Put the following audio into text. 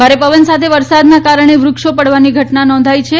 ભારે પવન સાથે વરસાદના કારણે વૃક્ષો પડવાની ઘટનાઓ નોંધાઇ છે